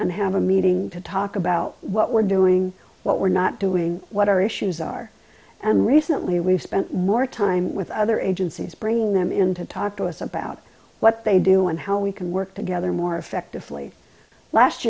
and have a meeting to talk about what we're doing what we're not doing what our issues are and recently we've spent more time with other agencies bringing them in to talk to us about what they do and how we can work together more effectively last